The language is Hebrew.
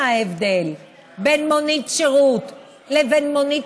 מה ההבדל בין מונית שירות לבין מכונית